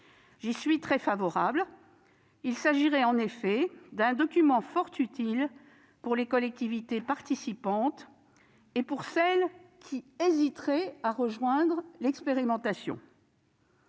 J'y suis très favorable. Il s'agirait, en effet, d'un document fort utile pour les collectivités participantes et pour celles qui hésiteraient à rejoindre l'expérimentation.